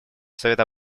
совета